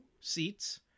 seats